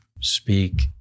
speak